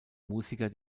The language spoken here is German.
musiker